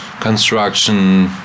construction